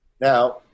Now